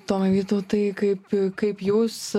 tomai vytautai kaip kaip jūs